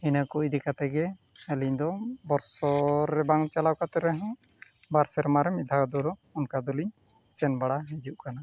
ᱤᱱᱟᱹ ᱠᱚ ᱤᱫᱤ ᱠᱟᱛᱮᱫ ᱜᱮ ᱟᱹᱞᱤᱧ ᱫᱚ ᱵᱚᱛᱥᱚᱨ ᱨᱮ ᱵᱟᱝ ᱪᱟᱞᱟᱣ ᱠᱟᱛᱮᱫ ᱨᱮᱦᱚᱸ ᱵᱟᱨ ᱥᱮᱨᱢᱟ ᱨᱮ ᱢᱤᱫ ᱫᱷᱟᱣ ᱫᱚ ᱚᱱᱠᱟ ᱫᱚᱞᱤᱧ ᱥᱮᱱ ᱵᱟᱲᱟ ᱦᱤᱡᱩᱜ ᱠᱟᱱᱟ